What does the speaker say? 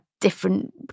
different